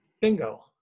Bingo